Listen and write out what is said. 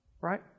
right